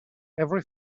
every